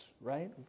right